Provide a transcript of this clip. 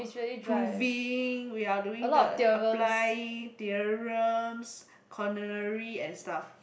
proving we are doing the apply theorems coronary and stuff